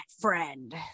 friend